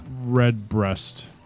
Redbreast